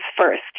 first